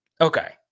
Okay